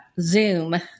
Zoom